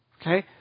Okay